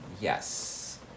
Yes